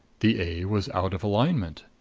the a was out of alignment.